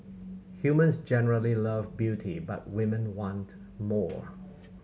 humans generally love beauty but women want more